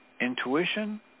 intuition